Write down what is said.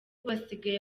basigaye